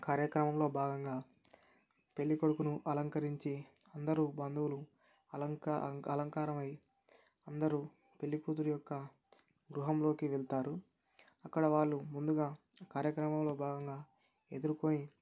కార్యక్రమంలో భాగంగా పెళ్ళి కొడుకును అలంకరించి అందరూ బంధువులు అలంకా అలంక్ అలంకారం అయ్యి అందరూ పెళ్ళికూతురు యొక్క గృహంలోకి వెళ్తారు అక్కడ వాళ్ళు ముందుగా కార్యక్రమంలో భాగంగా ఎదుర్కొని